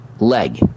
leg